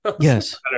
yes